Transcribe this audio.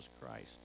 christ